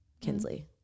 Kinsley